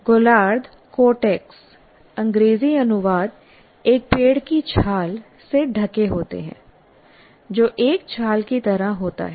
गोलार्ध कोर्टेक्स अंग्रेजी अनुवाद एक पेड़ की छाल से ढके होते हैं जो एक छाल की तरह होता है